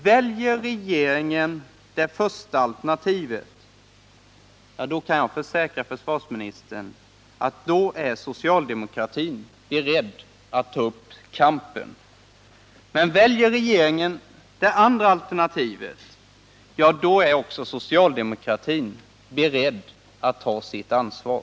Väljer regeringen det första alternativet, kan jag försäkra försvarsministern att socialdemokratin då är beredd att ta upp kampen, men väljer regeringen 89 det andra alternativet så är också socialdemokratin beredd att ta sitt ansvar.